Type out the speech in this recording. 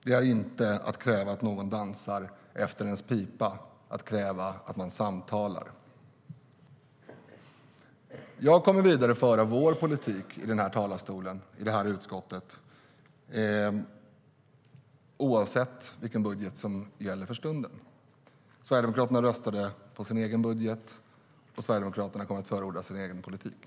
Det är inte att kräva att någon dansar efter ens pipa att kräva att man samtalar.